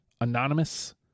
Anonymous